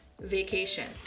Vacation